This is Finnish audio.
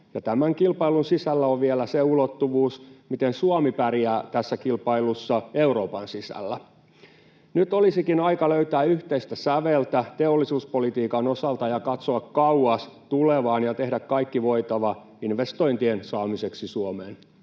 tämän kilpailun sisällä on vielä se ulottuvuus, miten Suomi pärjää tässä kilpailussa Euroopan sisällä. Nyt olisikin aika löytää yhteistä säveltä teollisuuspolitiikan osalta ja katsoa kauas tulevaan ja tehdä kaikki voitava investointien saamiseksi Suomeen.